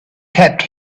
kept